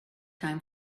time